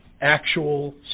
actual